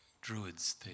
Druids